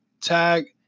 tag